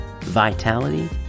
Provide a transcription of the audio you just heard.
vitality